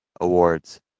awards